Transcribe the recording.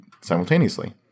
simultaneously